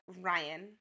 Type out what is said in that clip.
Ryan